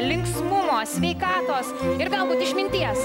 linksmumo sveikatos ir galbūt išminties